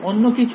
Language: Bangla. অন্য কিছু